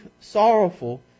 sorrowful